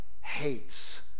hates